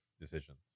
decisions